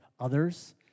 others